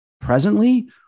presently